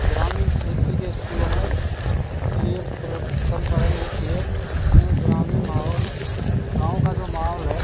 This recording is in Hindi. ग्रामीण क्षेत्र के स्कूलों में इसलिए थोड़ा कम पढ़ाई मिलती है क्यों ग्रामीण माहौल गाँव का जो माहौल है